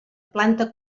planta